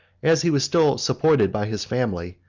as he was still supported by his family,